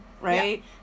right